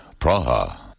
Praha